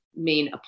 main